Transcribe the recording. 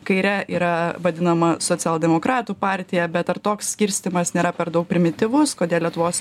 kaire yra vadinama socialdemokratų partija bet ar toks skirstymas nėra per daug primityvus kodėl lietuvos